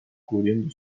cubriendo